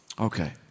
Okay